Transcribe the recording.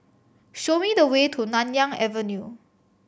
show me the way to Nanyang Avenue